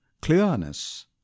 clearness